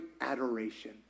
adoration